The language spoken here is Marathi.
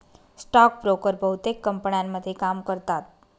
स्टॉक ब्रोकर बहुतेक कंपन्यांमध्ये काम करतात